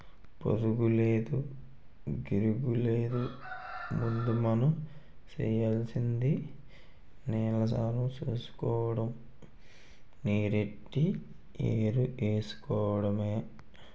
పురుగూలేదు, గిరుగూలేదు ముందు మనం సెయ్యాల్సింది నేలసారం సూసుకోడము, నీరెట్టి ఎరువేసుకోడమే